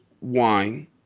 wine